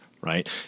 right